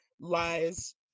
lies